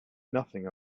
nothing